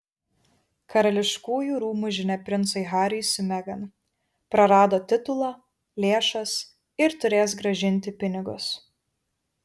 karališkųjų rūmų žinia princui hariui su megan prarado titulą lėšas ir turės grąžinti pinigus